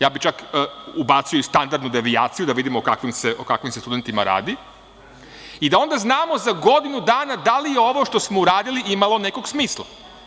Ja bi čak ubacio i standardnu devijaciju, pa da vidimo o kakvim se studentima radi i da onda znamo za godinu dana da li je ovo što smo uradili imalo nekog smisla.